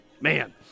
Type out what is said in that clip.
Man